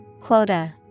Quota